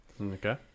Okay